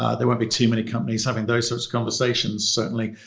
ah there won't be too many companies having those sorts of conversations, certainly.